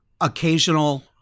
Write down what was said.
occasional